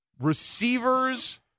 receivers